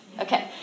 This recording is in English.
Okay